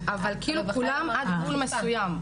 אבל כולם עוזרים עד גבול מסוים.